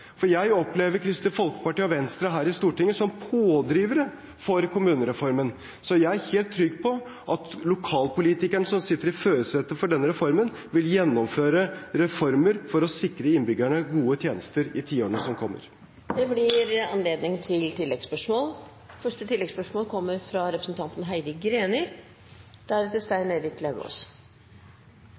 Jeg opplever Kristelig Folkeparti og Venstre her i Stortinget som pådrivere for kommunereformen. Så jeg er helt trygg på at lokalpolitikerne som sitter i førersetet for denne reformen, vil gjennomføre reformer for å sikre innbyggerne gode tjenester i tiårene som kommer. Det blir gitt anledning til